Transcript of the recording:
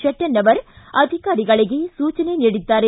ಶೆಟ್ಟಿಣ್ಣವರ ಅಧಿಕಾರಿಗಳಿಗೆ ಸೂಚನೆ ನೀಡಿದ್ದಾರೆ